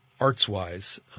arts-wise